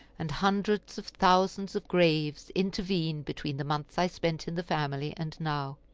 and hundreds of thousands of graves intervene between the months i spent in the family and now.